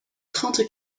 trente